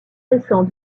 récents